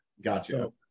Gotcha